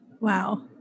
Wow